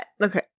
okay